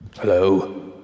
Hello